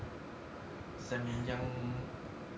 samyang